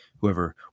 Whoever